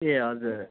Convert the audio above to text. ए हजुर